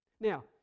Now